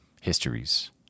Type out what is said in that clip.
histories